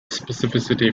specificity